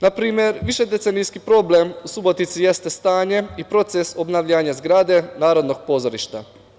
Na primer, višedecenijski problem u Subotici jeste stanje i proces obnavljanja zgrade Narodnog pozorišta.